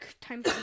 time